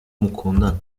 mukundana